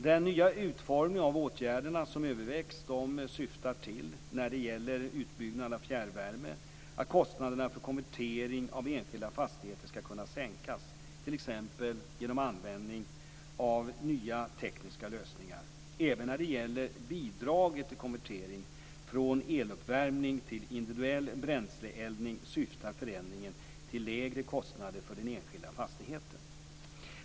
Den nya utformning av åtgärderna som övervägs syftar när det gäller utbyggnad av fjärrvärme till att kostnaderna för konvertering av enskilda fastigheter skall kunna sänkas, t.ex. genom användning av nya tekniska lösningar. Även när det gäller bidraget till konvertering från eluppvärmning till individuell bränsleeldning syftar förändringen till lägre kostnader för den enskilda fastigheten.